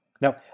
Now